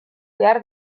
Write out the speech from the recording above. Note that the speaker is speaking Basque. behar